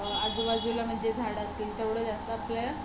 आजूबाजूला म्हणजे झाडं असतील तेवढं जास्त आपल्या